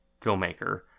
filmmaker